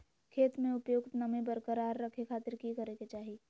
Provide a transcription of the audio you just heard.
खेत में उपयुक्त नमी बरकरार रखे खातिर की करे के चाही?